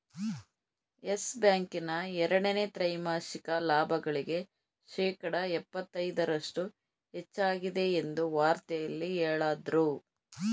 Yes Bank ನ ಎರಡನೇ ತ್ರೈಮಾಸಿಕ ಲಾಭಗಳಿಗೆ ಶೇಕಡ ಎಪ್ಪತೈದರಷ್ಟು ಹೆಚ್ಚಾಗಿದೆ ಎಂದು ವಾರ್ತೆಯಲ್ಲಿ ಹೇಳದ್ರು